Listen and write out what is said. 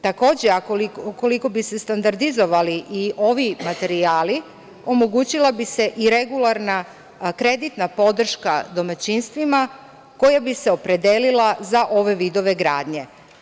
Takođe, ukoliko bi se standardizovali i ovi materijali, omogućila bi se i regularna kreditna podrška domaćinstvima koja bi se opredelila za ove vidove gradnje.